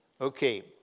Okay